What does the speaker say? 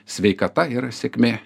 sveikata yra sėkmė